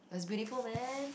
it's beautiful man